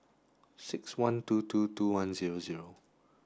six one two two two one zero zero